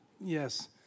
Yes